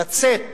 לצאת